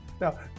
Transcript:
Now